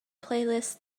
playlist